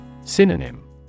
synonym